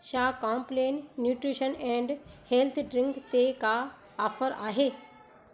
छा Complan nutrition and health drink ते का ऑफ़र आहे